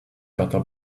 gotta